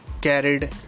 carried